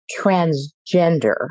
transgender